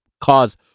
cause